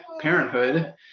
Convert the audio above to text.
parenthood